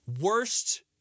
worst